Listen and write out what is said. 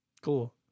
cool